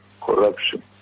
corruption